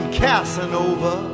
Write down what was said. casanova